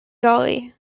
galli